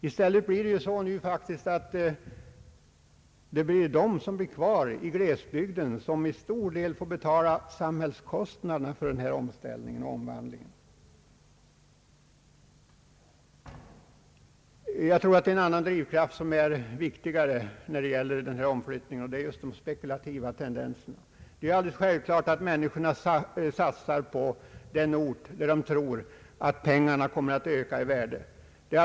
I stället blir det faktiskt så att det är de som blir kvar i glesbygden som i stor utsträckning får betala samhällets kostnader för omställningen och omvandlingen. Det är en annan drivkraft som är viktigare vid omflyttningarna, och det är de spekulativa tendenserna. Det är alldeles självklart att människorna satsar på den ort där de tror att insatserna kommer att öka i värde.